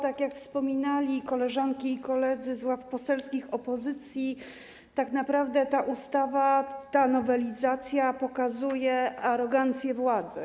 Tak jak wspominali koleżanki i koledzy z ław poselskich opozycji, tak naprawdę ta ustawa, ta nowelizacja pokazuje arogancję władzy.